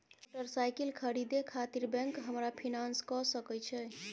Motorcycle खरीदे खातिर bank हमरा फिनांस कय सके छै?